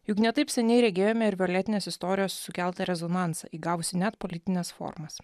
juk ne taip seniai regėjome ir violetinės istorijos sukeltą rezonansą įgavusį net politines formas